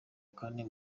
kane